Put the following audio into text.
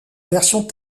version